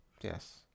Yes